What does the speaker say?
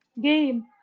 game